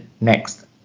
next